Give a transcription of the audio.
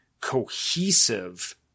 cohesive